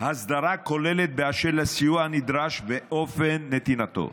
הסדרה כוללת באשר לסיוע הנדרש ואופן נתינתו.